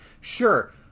Sure